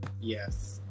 yes